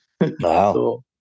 wow